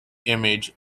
image